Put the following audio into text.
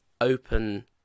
open